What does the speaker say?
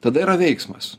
tada yra veiksmas